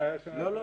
בינתיים,